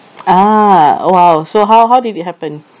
ah !wow! so how how did it happen